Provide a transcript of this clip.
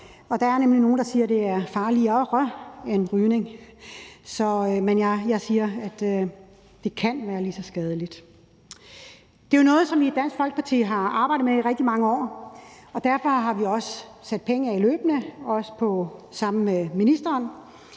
der er nogle, der siger, at det er farligere end rygning. Men som sagt siger jeg, at det kan være lige så skadeligt. Det er jo noget, som vi i Dansk Folkeparti har arbejdet med i rigtig mange år, og derfor har vi også løbende sat penge af, også sammen med ministeren,